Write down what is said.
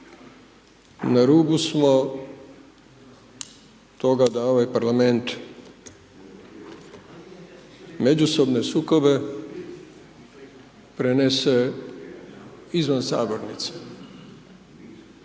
Na rubu smo toga da ovaj Parlament, međusobne sukobe prenese izvan sabornice,